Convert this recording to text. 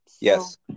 Yes